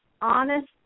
honest